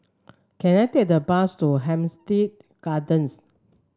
can I take a bus to Hampstead Gardens